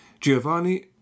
Giovanni